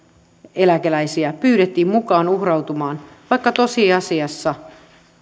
eläkeläisiä pyydettiin mukaan uhrautumaan vaikka tosiasiassa